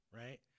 right